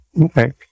Okay